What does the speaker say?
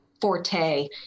forte